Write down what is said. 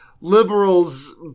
liberals